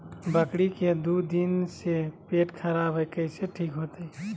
बकरी के दू दिन से पेट खराब है, कैसे ठीक होतैय?